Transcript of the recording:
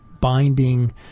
binding